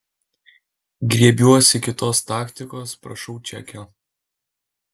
griebiuosi kitos taktikos prašau čekio